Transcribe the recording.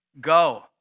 Go